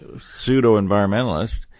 pseudo-environmentalist